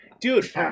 dude